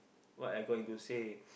what I going to say